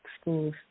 schools